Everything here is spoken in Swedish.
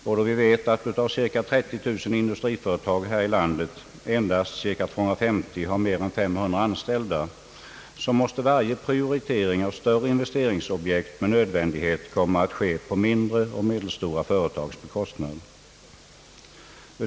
Mot bakgrunden av att av de cirka 30 000 industriföretagen i vårt land endast cirka 250 har mer än 500 anställda måste varje prioritering av större investeringsobjekt med nödvändighet komma att ske på de mindre och medelstora företagens bekostnad.